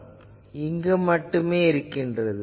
இது இங்கு மட்டுமே உள்ளது